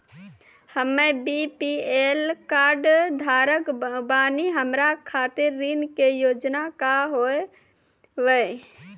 हम्मे BPL card धारक बानि हमारा खातिर ऋण के योजना का होव हेय?